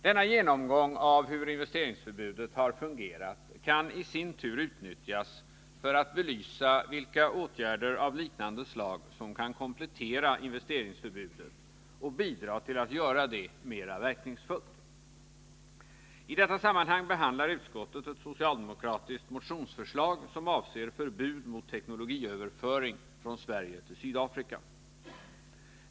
Denna genomgång av hur investeringsförbudet har fungerat kan i sin tur utnyttjas för att belysa vilka ytterligare åtgärder av liknande slag som kan komplettera investeringsförbudet och bidra till att göra detta mera verkningsfullt. I detta sammanhang behandlar utskottet ett socialdemokratiskt motionsförslag som avser förbud mot teknologiöverföring från Sverige till Sydafrika.